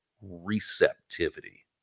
receptivity